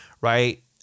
Right